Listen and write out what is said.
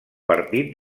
partit